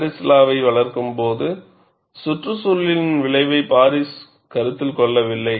Paris லா வை வளர்க்கும் போது சுற்றுச்சூழலின் விளைவை பாரிஸ் கருத்தில் கொள்ளவில்லை